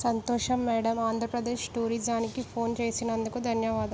సంతోషం మేడమ్ ఆంధ్రప్రదేశ్ టూరిజానికి ఫోన్ చేసినందుకు ధన్యవాదాలు